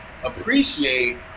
appreciate